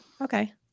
Okay